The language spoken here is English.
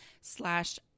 slash